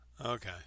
Okay